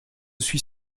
suis